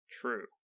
True